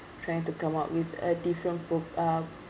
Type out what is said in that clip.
trying to come up with a different po~ uh